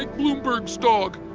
yeah books, dog.